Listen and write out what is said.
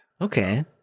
Okay